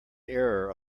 error